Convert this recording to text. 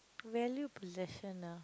value possession ah